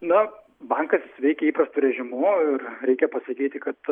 na bankas veikia įprastu režimu ir reikia pasakyti kad